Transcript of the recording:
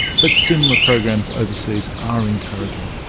but similar programs overseas are encouraging.